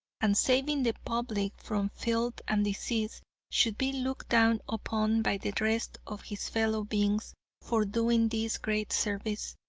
and saving the public from filth and disease, should be looked down upon by the rest of his fellow beings for doing this great service,